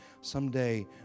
Someday